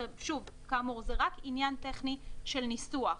שוב, כאמור, זה רק עניין טכני של ניסוח.